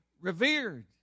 revered